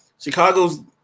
Chicago's